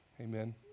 Amen